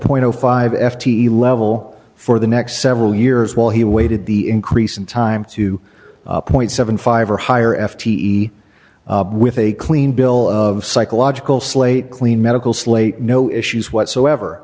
point five f t level for the next several years while he waited the increase in time two point seven five or higher f t e with a clean bill of psychological slate clean medical slate no issues whatsoever